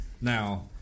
Now